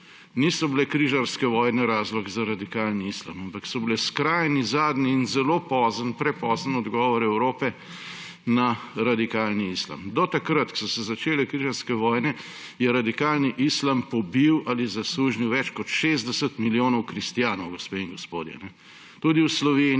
Niso bile križarske vojne razlog za radikalni islam, ampak so bile skrajni, zadnji in zelo pozni, prepozni odgovor Evrope na radikalni islam. Do takrat, ko so se začele križarske vojne, je radikalni islam pobil ali zasužnjil več kot 60 milijonov kristjanov, gospe in gospodje. Tudi v Sloveniji